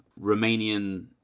Romanian